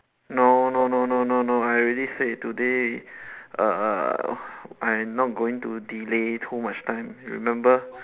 no no no no no no I already said today err I not going to delay too much time remember